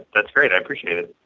that's great. i appreciate it.